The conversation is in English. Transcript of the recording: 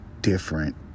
different